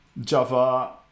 Java